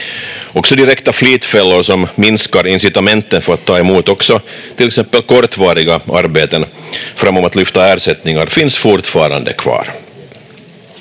Också direkta flitfällor som minskar incitamenten för att ta emot också till exempel kortvariga arbeten framom att lyfta ersättningar finns fortfarande kvar.